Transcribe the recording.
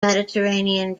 mediterranean